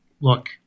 look